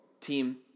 team